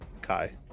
Kai